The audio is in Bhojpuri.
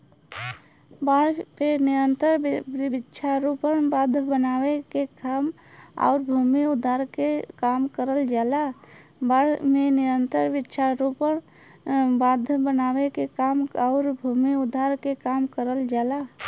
बाढ़ पे नियंत्रण वृक्षारोपण, बांध बनावे के काम आउर भूमि उद्धार के काम करल जाला